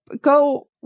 go